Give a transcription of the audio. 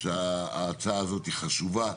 שההצעה הזאת היא חשובה,